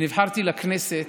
כשנבחרתי לכנסת